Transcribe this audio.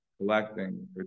collecting